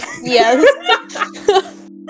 Yes